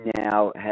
now